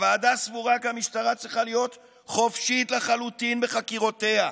"הוועדה סבורה כי המשטרה צריכה להיות חופשית לחלוטין בחקירותיה,